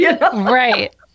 Right